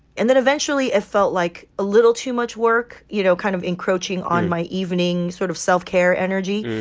and then eventually it felt like a little too much work, you know, kind of encroaching on my evening sort of self-care energy.